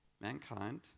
mankind